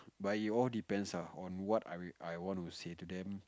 but it all depends ah on what I I want to say to them